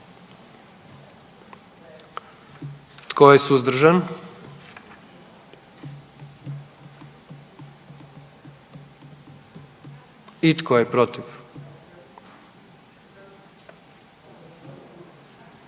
Tko je suzdržan? Tko je protiv?